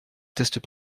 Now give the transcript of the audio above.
test